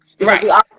right